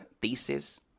thesis